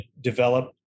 develop